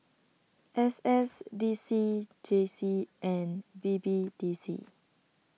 S S D C J C and B B D C